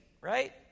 right